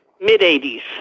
Mid-80s